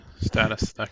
status